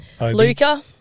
Luca